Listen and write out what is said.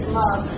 love